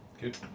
Good